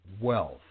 wealth